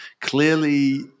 Clearly